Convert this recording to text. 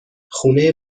خونه